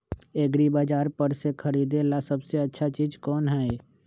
एग्रिबाजार पर से खरीदे ला सबसे अच्छा चीज कोन हई?